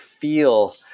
feel